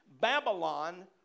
Babylon